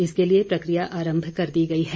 इसके लिए प्रक्रिया आरम्म कर दी गई है